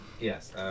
yes